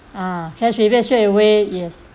ah cash rebate straight away yes